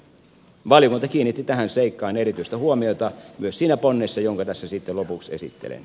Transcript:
valiokunta kiinnitti tähän seikkaan erityistä huomiota myös siinä ponnessa jonka tässä sitten lopuksi esittelen